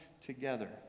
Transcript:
together